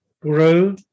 grow